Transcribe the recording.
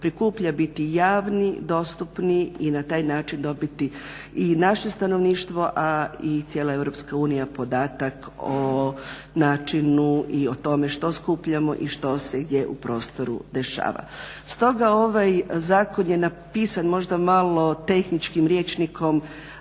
prikuplja biti javni, dostupni i na taj način dobiti i naše stanovništvo a i cijela EU podatak o načinu i o tome što skupljamo i što se gdje u prostoru dešava. Stoga ovaj zakon je napisan možda malo tehničkim rječnikom